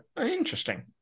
interesting